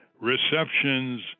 receptions